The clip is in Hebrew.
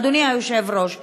אדוני היושב-ראש,